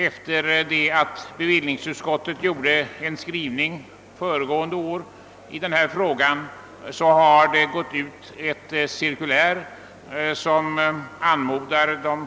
Efter det att bevillningsutskottet gjorde en skrivning föregående år i frågan har det gått ut ett cirkulär som anmodar de